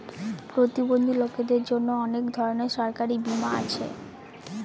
প্রতিবন্ধী লোকদের জন্য অনেক ধরনের সরকারি বীমা আছে